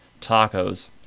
tacos